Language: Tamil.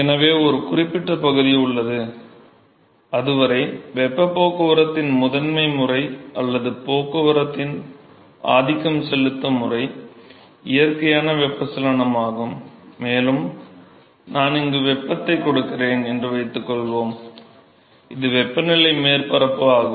எனவே ஒரு குறிப்பிட்ட பகுதி உள்ளது அதுவரை வெப்பப் போக்குவரத்தின் முதன்மை முறை அல்லது போக்குவரத்தின் ஆதிக்கம் செலுத்தும் முறை இயற்கையான வெப்பச்சலனம் ஆகும் மேலும் நான் இங்கு வெப்பத்தை கொடுக்கிறேன் என்று வைத்துக்கொள்வோம் இது வெப்பநிலை மேற்பரப்பு ஆகும்